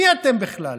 מי אתם בכלל?